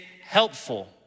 helpful